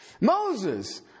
Moses